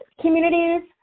communities